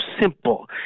simple